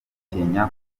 batinya